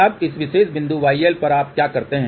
अब इस विशेष बिंदु yL पर आप क्या करते हैं